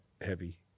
heavy